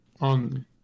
On